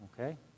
okay